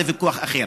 זה ויכוח אחר,